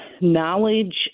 knowledge